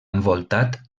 envoltat